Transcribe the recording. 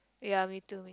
ya me too